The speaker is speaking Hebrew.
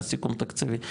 מאז הסיכום התקציבי.